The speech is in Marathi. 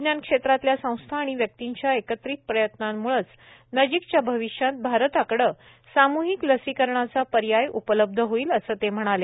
विज्ञान क्षेत्रातल्या संस्था आणि व्यक्तींच्या एकत्रित प्रयत्नांमुळेच नजीकच्या भविष्यात भारताकडे सामूहिक लसिकरणाचा पर्याय उपलब्ध होईल असं ते म्हणाले